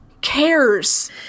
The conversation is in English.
cares